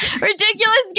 ridiculous